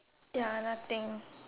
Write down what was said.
ya nothing